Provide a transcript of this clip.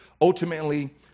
ultimately